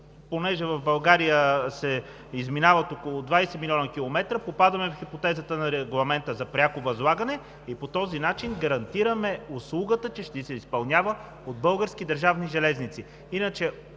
услуги. В България се изминават около 20 млн. км, попадаме в хипотезата на Регламента за пряко възлагане и по този начин гарантираме, че услугата ще се изпълнява от Българските държавни железници.